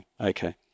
Okay